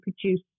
produce